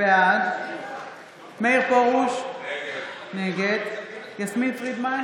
בעד מאיר פרוש, נגד יסמין פרידמן,